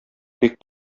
бик